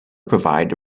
provide